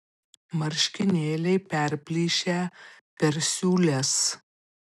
marškinėliai perplyšę per siūles